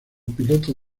piloto